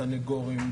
סנגורים,